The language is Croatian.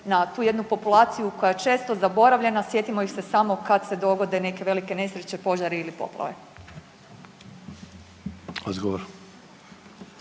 na tu jednu populaciju koja je često zaboravljena, sjetimo ih se samo kad se dogode neke velike nesreće, požari ili poplave.